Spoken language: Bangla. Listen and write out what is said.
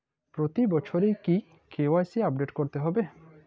প্রতি বছরই কি কে.ওয়াই.সি আপডেট করতে হবে?